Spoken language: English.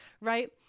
Right